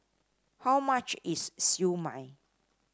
how much is Siew Mai